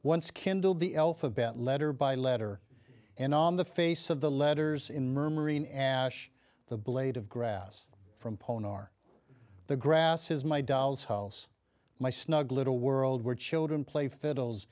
once kindled the alphabet letter by letter and on the face of the letters in murmuring ash the blade of grass from pawn are the grass is my doll's house my snug little world where children play fiddles